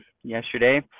yesterday